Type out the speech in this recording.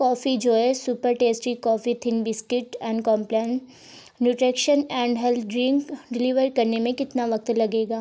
coffee joy super tasty coffee thin biscuit and Complan nutrition and health drink deliver کرنے میں کتنا وقت لگے گا